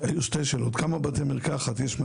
היו שתי שאלות: כמה בתי מרקחת יש?